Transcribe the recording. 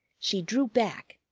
she drew back,